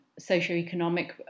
socioeconomic